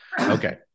Okay